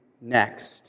next